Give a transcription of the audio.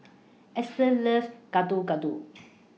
Ester loves Getuk Getuk